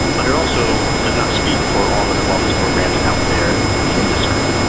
and but it also does not speak for all of the wellness programs out there in the industry.